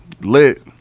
Lit